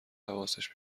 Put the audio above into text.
حواسش